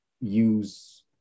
use